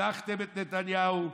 הדחתם את נתניהו,